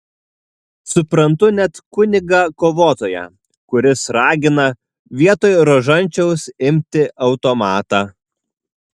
suprantu net kunigą kovotoją kuris ragina vietoj rožančiaus imti automatą